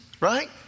right